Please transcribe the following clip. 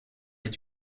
est